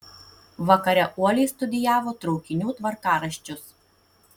vakare uoliai studijavo traukinių tvarkaraščius